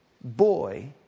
boy